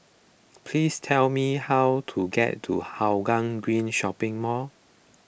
please tell me how to get to Hougang Green Shopping Mall